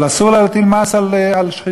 אבל אסור לה להטיל מס על שחיתויות,